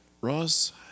Ross